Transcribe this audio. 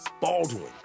baldwin